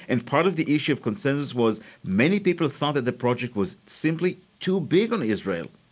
and part of the issue of consensus was many people thought that the project was simply too big on israel.